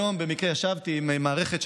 היום במקרה ישבתי עם מערכת,